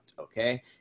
okay